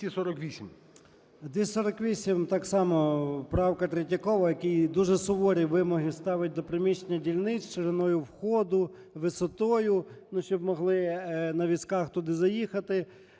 248, так само правка Третьякова, який дуже суворі вимоги ставить до приміщення дільниць з шириною входу, висотою, ну, щоб могли на візках туди заїхати.